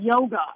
yoga